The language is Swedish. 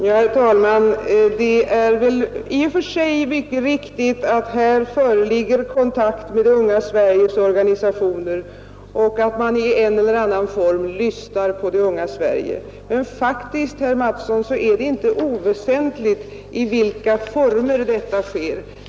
Herr talman! Det är väl i och för sig riktigt att här föreligger kontakt med det unga Sveriges organisationer och att man i en eller annan form lyssnar på det unga Sverige, men faktiskt, herr Mattsson, är det inte oväsentligt i vilka former detta sker.